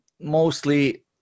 mostly